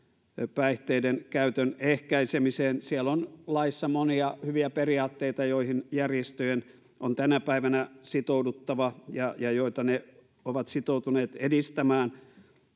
päihteiden käytön ehkäisemiseen laissa on monia hyviä periaatteita joihin järjestöjen on tänä päivänä sitouduttava ja ja joita ne ovat sitoutuneet edistämään